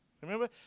Remember